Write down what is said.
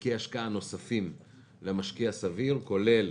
אפיקי השקעה נוספים למשקיע סביר, כולל